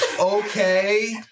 Okay